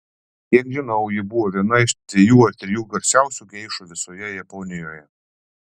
kiek žinau ji buvo viena iš dviejų ar trijų garsiausių geišų visoje japonijoje